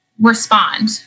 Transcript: respond